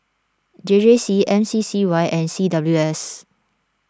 J J C M C C Y and C W S